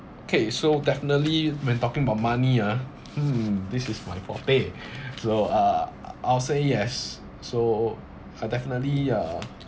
okay so definitely when talking about money ah hmm this is my forte so uh I'll say yes so I definitely uh